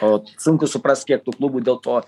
o sunku suprast kiek tų klubų dėl to